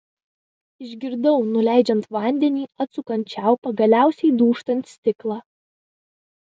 išgirdau nuleidžiant vandenį atsukant čiaupą galiausiai dūžtant stiklą